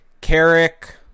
Carrick